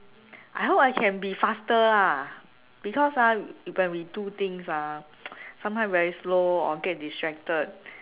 I hope I can be faster lah because ah when we do things ah sometimes very slow or get distracted